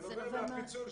זה נובע מהפיצול.